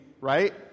right